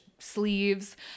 sleeves